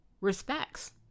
respects